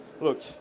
look